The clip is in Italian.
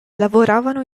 lavoravano